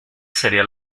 sería